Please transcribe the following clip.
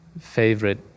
favorite